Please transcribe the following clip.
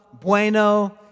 bueno